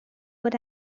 but